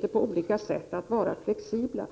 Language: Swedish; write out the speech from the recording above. som på olika sätt kan vara flexibla.